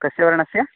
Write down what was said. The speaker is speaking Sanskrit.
कस्य वर्णस्य